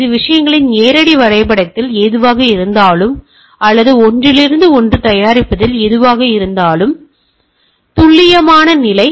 இது விஷயங்களின் நேரடி வரைபடத்தில் எதுவாக இருந்தாலும் அல்லது ஒன்றிலிருந்து ஒன்று தயாரிப்பதில் எதுவாக இருந்தாலும் நேரத்தைப் பார்க்கவும் 1809 துல்லியமான நிலை